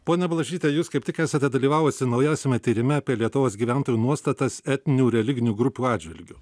pone blažyte jūs kaip tik esate dalyvavusi naujausiame tyrime apie lietuvos gyventojų nuostatas etninių religinių grupių atžvilgiu